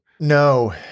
No